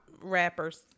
rappers